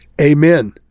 Amen